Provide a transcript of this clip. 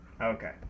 Okay